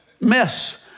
mess